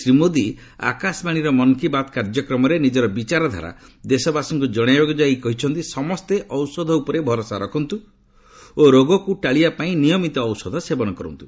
ଶ୍ରୀ ମୋଦୀ ଆକାଶବାଣୀର ମନ୍ କି ବାତ୍ କାର୍ଯ୍ୟକ୍ରମରେ ନିଜର ବିଚାରଧାରା ଦେଶବାସୀଙ୍କୁ ଜଣାଇବାକୁ ଯାଇ କହିଛନ୍ତି ସମସ୍ତେ ଔଷଧ ଉପରେ ଭରସା ରଖନ୍ତୁ ଓ ରୋଗକୁ ଟାଳିବା ପାଇଁ ନିୟମିତ ଔଷଧ ସେବନ କରନ୍ତୁ